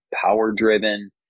power-driven